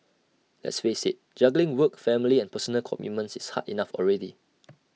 let's face IT juggling work family and personal commitments is hard enough already